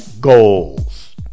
goals